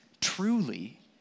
truly